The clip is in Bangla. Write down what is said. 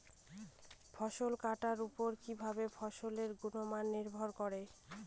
ফসল কাটার উপর কিভাবে ফসলের গুণমান নির্ভর করে?